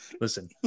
Listen